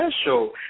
special